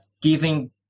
giving